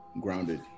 grounded